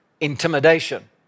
intimidation